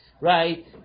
Right